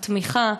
התמיכה,